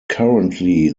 currently